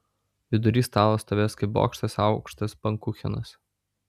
vidury stalo stovės kaip bokštas aukštas baumkuchenas